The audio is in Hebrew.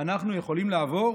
אנחנו יכולים לעבור?